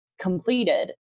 completed